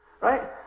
right